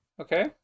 Okay